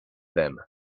them